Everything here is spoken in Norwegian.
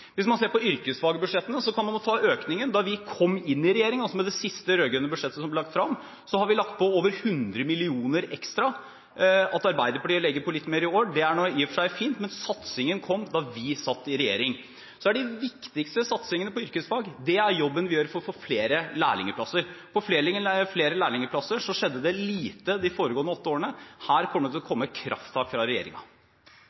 Hvis man ser på yrkesfagbudsjettene, så kan man jo ta økningen: Da vi kom inn i regjering, altså med det siste rød-grønne budsjettet som ble lagt frem, så la vi på over 100 mill. kr ekstra. At Arbeiderpartiet legger på litt mer i år, er i og for seg fint, men satsingen kom da vi satt i regjering. Den viktigste satsingen på yrkesfag er den jobben vi gjør for å få flere lærlingplasser. De foregående åtte årene skjedde det lite for å få flere lærlingplasser. Her kommer det til å